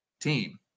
team